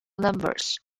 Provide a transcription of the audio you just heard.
numbers